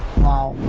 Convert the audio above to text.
while